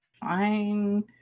Fine